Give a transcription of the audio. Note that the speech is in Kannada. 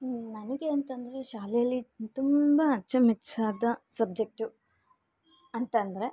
ನನಗೆ ಅಂತಂದರೆ ಶಾಲೆಲ್ಲಿ ತುಂಬ ಅಚ್ಚುಮೆಚ್ಚಾದ ಸಬ್ಜೆಕ್ಟು ಅಂತಂದರೆ